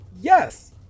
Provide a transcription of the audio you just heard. Yes